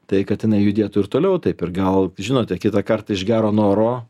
tai kad jinai judėtų ir toliau taip ir gal žinote kitąkart iš gero noro